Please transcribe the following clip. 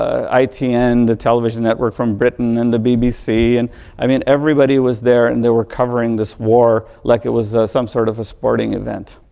itn, the television network from britain and the bbc. and i mean, everybody was there and they were covering this war like it was some sort of a sporting event.